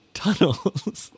tunnels